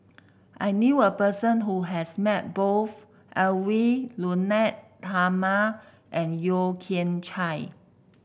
I knew a person who has met both Edwy Lyonet Talma and Yeo Kian Chye